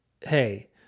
hey